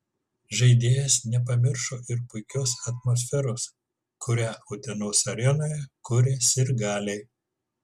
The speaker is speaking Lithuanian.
žaidėjas nepamiršo ir puikios atmosferos kurią utenos arenoje kuria sirgaliai